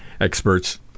Experts